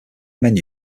menu